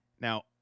Now